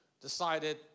decided